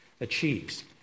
achieves